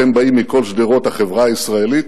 אתם באים מכל שדרות החברה הישראלית.